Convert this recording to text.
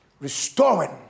restoring